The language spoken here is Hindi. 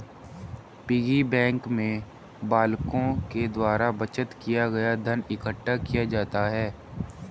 पिग्गी बैंक में बालकों के द्वारा बचत किया गया धन इकट्ठा किया जाता है